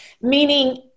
meaning